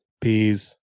peas